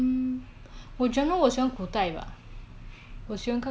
然后又不要太慢那个 pace 所以我很难赶